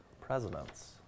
presidents